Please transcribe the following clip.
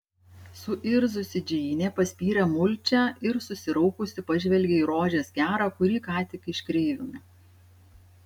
suirzusi džeinė paspyrė mulčią ir susiraukusi pažvelgė į rožės kerą kurį ką tik iškreivino